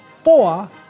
Four